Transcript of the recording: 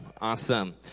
Awesome